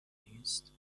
نیست